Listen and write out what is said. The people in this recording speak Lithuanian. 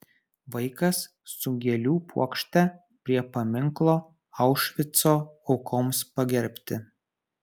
vaikas su gėlių puokšte prie paminklo aušvico aukoms pagerbti